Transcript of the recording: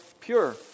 Pure